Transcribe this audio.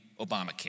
Obamacare